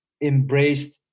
embraced